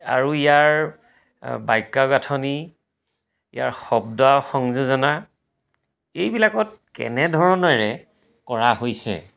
আৰু ইয়াৰ বাক্যগাঁথনি ইয়াৰ শব্দ সংযোজনা এইবিলাকত কেনেধৰণেৰে কৰা হৈছে